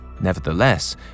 Nevertheless